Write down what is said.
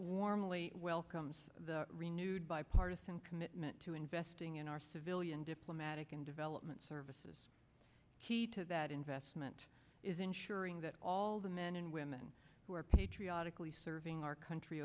warmly welcomed the renewed bipartisan commitment to investing in our civilian diplomatic and development services key to that investment is ensuring that all the men and women who are patriotically serving our country